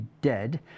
dead